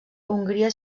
hongria